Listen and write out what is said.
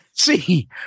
See